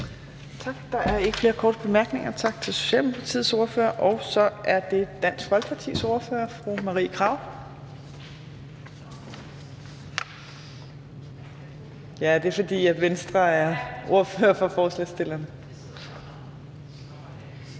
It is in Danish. Tak. Der er ikke flere korte bemærkninger. Tak til Socialdemokratiets ordfører. Så er det Dansk Folkepartis ordfører fru Marie Krarup, og det er, fordi Venstres ordfører er ordfører for forslagsstillerne. Kl.